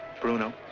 Bruno